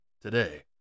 today